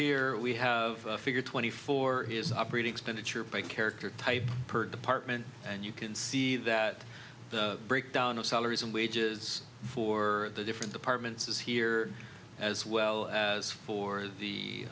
here we have figure twenty four is operating expenditure by character type per department and you can see that the breakdown of salaries and wages for the different departments is here as well as for the